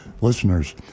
listeners